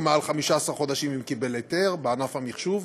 או מעל 15 חודשים אם קיבל היתר בענף המחשוב,